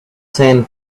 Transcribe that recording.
sand